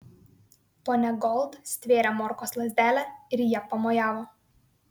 ponia gold stvėrė morkos lazdelę ir ja pamojavo